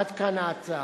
עד כאן ההצעה.